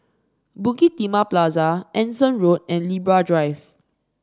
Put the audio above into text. Bukit Timah Plaza Anson Road and Libra Drive